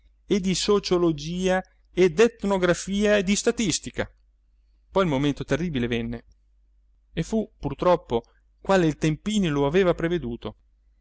e di sociologia e d'etnografia e di statistica poi il momento terribile venne e fu pur troppo quale il tempini lo aveva preveduto